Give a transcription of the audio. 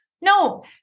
No